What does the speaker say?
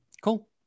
Cool